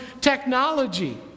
technology